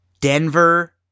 Denver